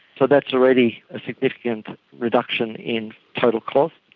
so that's already a significant reduction in total cost.